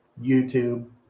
youtube